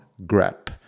GREP